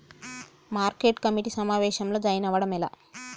Market committee సమావేశంలో join అవ్వడం ఎలా?